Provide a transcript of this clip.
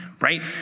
Right